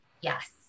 Yes